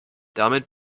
damit